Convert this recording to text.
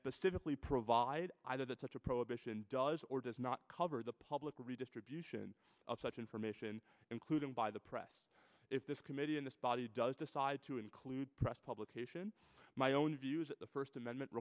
specifically provide either that such a prohibition does or does not cover the public redistribution of such information including by the press if this committee in this body does decide to include press publication my own views the first amendment